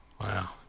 Wow